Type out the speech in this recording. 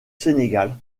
sénégal